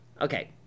Okay